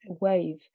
wave